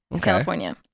California